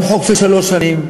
גם חוק של שלוש שנים.